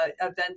events